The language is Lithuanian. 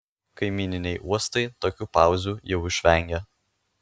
kaimyniniai uostai tokių pauzių jau išvengia